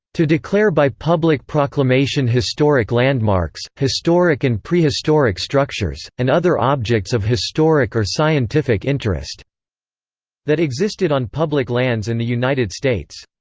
to declare by public proclamation historic landmarks, historic and prehistoric structures, and other objects of historic or scientific interest that existed on public lands in the united states.